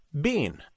bean